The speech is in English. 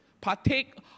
partake